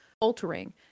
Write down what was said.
altering